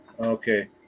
okay